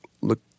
look